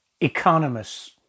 economists